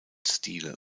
stile